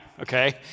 Okay